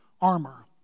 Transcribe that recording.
armor